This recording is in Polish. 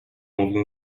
mówił